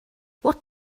what